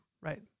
right